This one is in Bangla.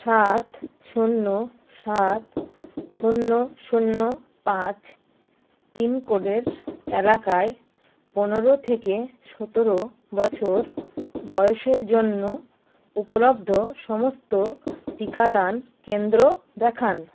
সাত শূন্য সাত শূন্য শূন্য পাঁচ পিনকোডের এলাকায় পনেরো থেকে সতেরো বছর বয়সের জন্য উপলব্ধ সমস্ত টিকাদান কেন্দ্র দেখান